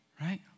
right